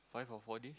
five or four days